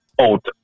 out